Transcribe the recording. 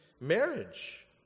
Marriage